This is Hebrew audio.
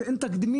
שאין לכך תקדימים.